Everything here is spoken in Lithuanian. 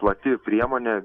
plati priemonė